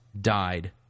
died